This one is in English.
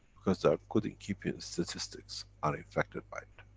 because they're good at keeping statistics, are infected by it.